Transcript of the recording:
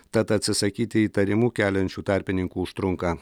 tad atsisakyti įtarimų keliančių tarpininkų užtrunka